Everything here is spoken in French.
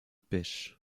pêche